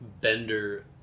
bender